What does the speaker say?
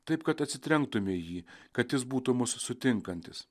taip kad atsitrenktume į jį kad jis būtų mus sutinkantis